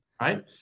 right